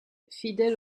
fidèle